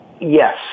yes